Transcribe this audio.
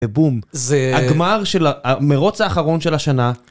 בום. -זה... -הגמר של המרוץ האחרון של השנה.